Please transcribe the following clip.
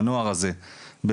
בנוער הזה בפעילות,